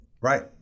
Right